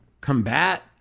combat